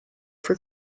for